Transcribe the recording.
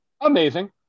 amazing